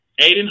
Aiden